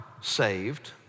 saved